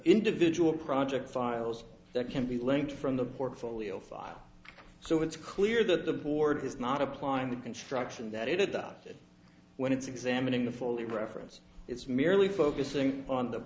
individual project files that can be linked from the portfolio file so it's clear that the board is not applying the construction that it does when it's examining the fully reference it's merely focusing on the